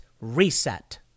reset